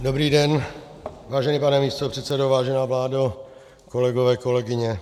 Dobrý den, vážený pane místopředsedo, vážená vládo, kolegové, kolegyně.